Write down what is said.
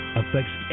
affects